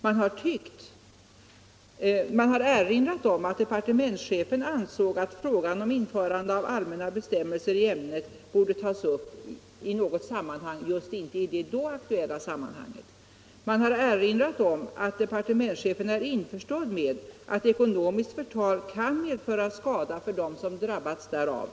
Man har erinrat om att departementschefen ansåg att frågan om införande av allmänna bestämmelser i ämnet borde tas upp i något sammanhang, men inte i det just då aktuella sammanhanget. Man har också erinrat om att departementschefen är införstådd med att ekonomiskt förtal kan medföra skada för dem som drabbas därav.